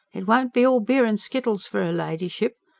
it won't be all beer and skittles for er ladyship.